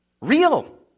Real